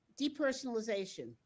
Depersonalization